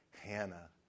Hannah